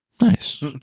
nice